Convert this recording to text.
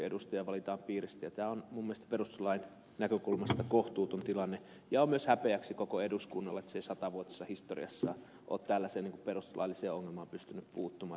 tämä on minun mielestäni perustuslain näkökulmasta kohtuuton tilanne ja on myös häpeäksi koko eduskunnalle ettei se satavuotisessa historiassa ole tällaiseen perustuslailliseen ongelmaan pystynyt puuttumaan